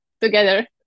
together